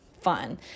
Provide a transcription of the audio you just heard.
fun